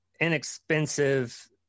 inexpensive